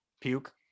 puke